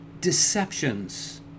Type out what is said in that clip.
deceptions